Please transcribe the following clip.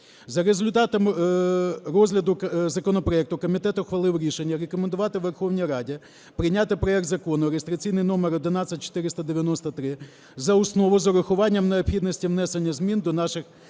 За результатами розгляду законопроекту, комітет ухвалив рішення рекомендувати Верховній Раді прийняти проект Закону реєстраційний номер 11493 за основу з урахуванням необхідності внесення змін до інших